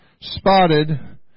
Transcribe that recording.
spotted